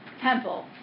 temple